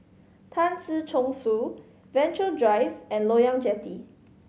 Tan Si Chong Su Venture Drive and Loyang Jetty